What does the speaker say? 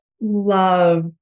love